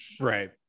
Right